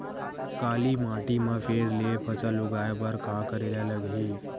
काली माटी म फेर ले फसल उगाए बर का करेला लगही?